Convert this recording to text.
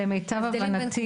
למיטב הבנתי,